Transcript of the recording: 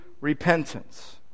repentance